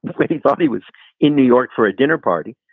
but where he thought he was in new york for a dinner party.